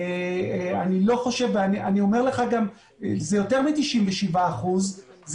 אני אומר לך שזה יותר מ-97 אחוזים,